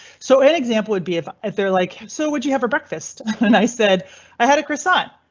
so an example would be if they're like so would you have for breakfast? and i said i had a croissant.